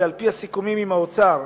ועל-פי הסיכומים עם האוצר,